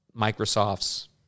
Microsoft's